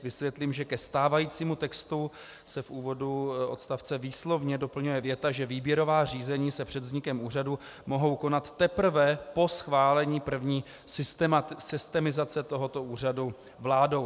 Vysvětlím, že ke stávajícímu textu se v úvodu odstavce výslovně doplňuje věta, že výběrová řízení se před vznikem úřadu mohou konat teprve po schválení první systemizace tohoto úřadu vládou.